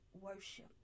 worship